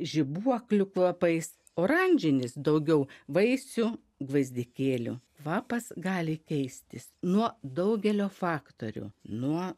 žibuoklių kvapais oranžinis daugiau vaisių gvazdikėlių kvapas gali keistis nuo daugelio faktorių nuo